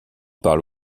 parle